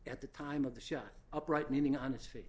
at the time of the shot upright meaning on his feet